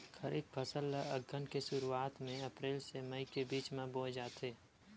खरीफ फसल ला अघ्घन के शुरुआत में, अप्रेल से मई के बिच में बोए जाथे